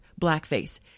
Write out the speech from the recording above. blackface